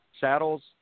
saddles